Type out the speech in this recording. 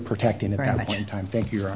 protecting around that time thank you